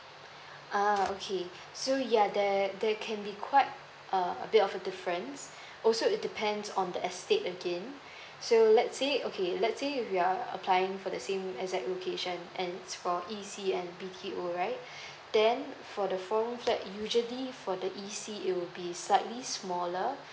ah okay so ya there there can be quite ah a bit of a difference also it depends on the estate again so let's say okay let's say if you're applying for the same exact location and it's for E_C and B_T_O right then for the four rooms that usually for the E_C it will be slightly smaller